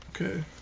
Okay